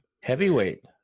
heavyweight